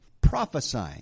prophesying